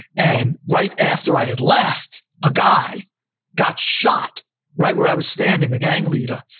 and right after i had left, a guy got shot right where i was standing, the gang leader,